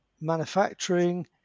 manufacturing